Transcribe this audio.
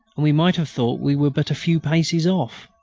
and we might have thought we were but a few paces off.